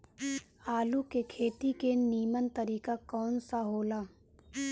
आलू के खेती के नीमन तरीका कवन सा हो ला?